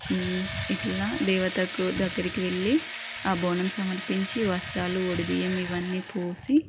ఇట్లా దేవతకు దగ్గరకి వెళ్ళి ఆ బోనం సమర్పించి వస్త్రాలు వడిబియ్యం ఇవన్నీ పోసి